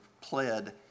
pled